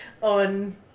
on